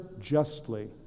justly